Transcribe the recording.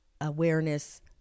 awareness